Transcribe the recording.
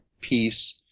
peace